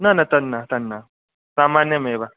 न न तन्न तन्न सामान्यमेव